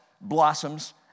blossoms